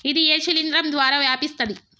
ఇది ఏ శిలింద్రం ద్వారా వ్యాపిస్తది?